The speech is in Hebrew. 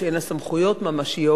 שאין לה סמכויות ממשיות,